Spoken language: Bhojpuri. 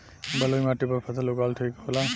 बलुई माटी पर फसल उगावल ठीक होला?